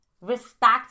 respect